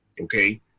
Okay